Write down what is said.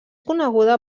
coneguda